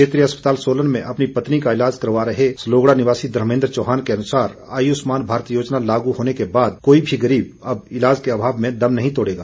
क्षेत्रीय अस्पताल सोलन में अपनी पत्नी का इलाज करवा रहे सलोगड़ा निवासी धर्मेन्द्र चौहान के अनुसार आयुष्मान भारत योजना लागू होने के बाद कोई भी गरीब अब इलाज के अभाव में दम नहीं तोड़ेगा